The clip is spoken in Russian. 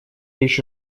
еще